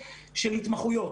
של התמחויות